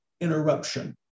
interruption